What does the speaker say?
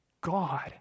God